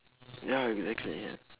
ya exactly ya